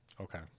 okay